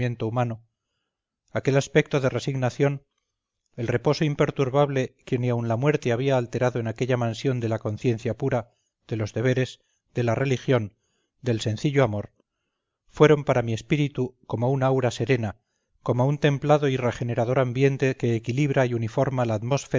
humano aquel aspecto de resignación el reposo imperturbable que ni aun la muerte había alterado en aquella mansión de la conciencia pura de los deberes de la religión del sencillo amor fueron para mi espíritu como un aura serena como un templado y regenerador ambiente que equilibra y uniforma